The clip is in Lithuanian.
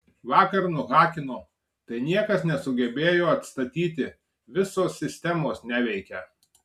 vakar nuhakino tai niekas nesugebėjo atstatyti visos sistemos neveikia